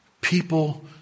People